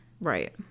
Right